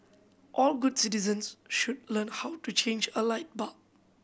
all good citizens should learn how to change a light bulb